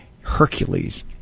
Hercules